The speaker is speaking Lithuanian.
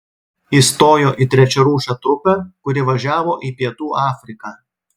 įstojo į trečiarūšę trupę kuri važiavo į pietų afriką